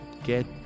get